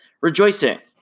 rejoicing